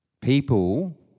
People